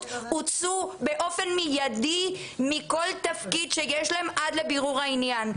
הוצאו באופן מיידי מכל תפקיד שיש להם עד לבירור העניין.